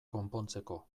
konpontzeko